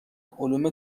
علوم